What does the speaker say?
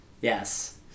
Yes